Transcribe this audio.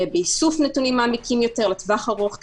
באיסוף נתונים מעמיקים יותר לטווח ארוך,